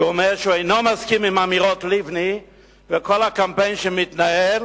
שאומר שהוא אינו מסכים עם אמירות לבני וכל הקמפיין שמתנהל